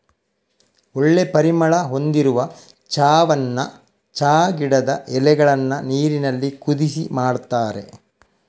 ಒಳ್ಳೆ ಪರಿಮಳ ಹೊಂದಿರುವ ಚಾವನ್ನ ಚಾ ಗಿಡದ ಎಲೆಗಳನ್ನ ನೀರಿನಲ್ಲಿ ಕುದಿಸಿ ಮಾಡ್ತಾರೆ